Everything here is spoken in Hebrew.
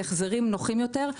בהחזרים נוחים יותר.